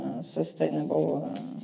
sustainable